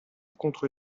contre